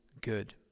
good